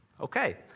Okay